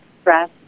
stress